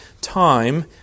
time